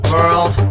World